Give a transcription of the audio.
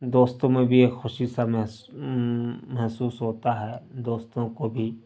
دوستوں میں بھی ایک خوشی سا محسوس ہوتا ہے دوستوں کو بھی